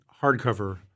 hardcover –